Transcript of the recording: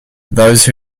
those